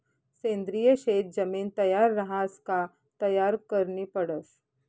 सेंद्रिय शेत जमीन तयार रहास का तयार करनी पडस